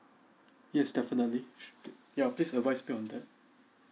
yes definitely s~ yeah please advise me on that